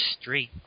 street